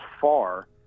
far